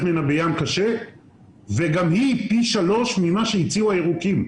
ממנה בים קשה וגם היא פי שלוש ממה שהציעו הירוקים.